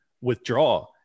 withdraw